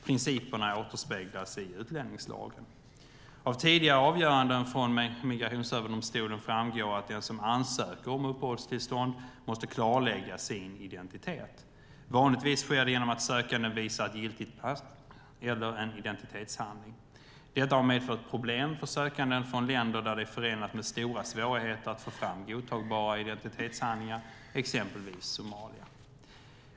Principerna återspeglas i utlänningslagen. Av tidigare avgöranden från Migrationsöverdomstolen framgår att den som ansöker om uppehållstillstånd måste klarlägga sin identitet. Vanligtvis sker det genom att sökanden visar ett giltigt pass eller en identitetshandling. Detta har medfört problem för sökande från länder där det är förenat med stora svårigheter att få fram godtagbara identitetshandlingar, exempelvis Somalia.